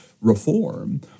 reform